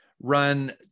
run